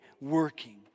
working